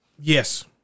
Yes